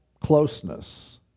closeness